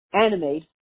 animate